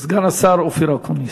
סגן השר אופיר אקוניס.